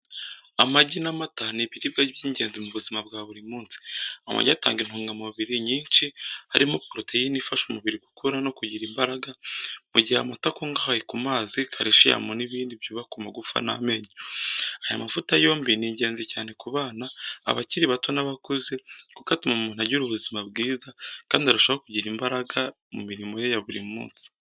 Amagi n’amata ni ibiribwa by’ingenzi mu buzima bwa buri munsi. Amagi atanga intungamubiri nyinshi, harimo poroteyine ifasha umubiri gukura no kugira imbaraga, mu gihe amata akungahaye ku mazi, calcium n’ibindi byubaka amagufa n’amenyo. Aya mavuta yombi ni ingenzi cyane ku bana, abakiri bato n’abakuze, kuko atuma umuntu agira ubuzima bwiza kandi arushaho kugira imbaraga mu mirimo ye ya buri munsi.